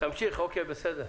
תמשיך, בסדר.